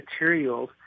materials